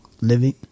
living